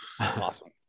awesome